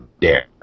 dare